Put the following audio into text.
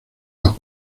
los